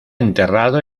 enterrado